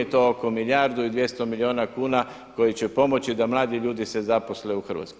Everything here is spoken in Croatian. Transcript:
To je oko milijardu i 200 milijuna kuna koji će pomoći da mladi ljudi se zaposle u Hrvatskoj.